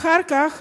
ואחר כך